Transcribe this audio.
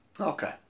Okay